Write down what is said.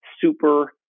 super